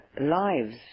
lives